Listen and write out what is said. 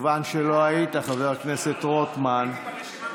מכיוון שלא היית, חבר הכנסת רוטמן, הייתי ברשימה,